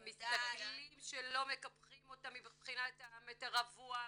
הם מסתכלים שלא מקפחים אותם מבחינת המטר רבוע,